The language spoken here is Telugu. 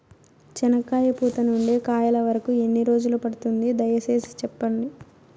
చెనక్కాయ పూత నుండి కాయల వరకు ఎన్ని రోజులు పడుతుంది? దయ సేసి చెప్పండి?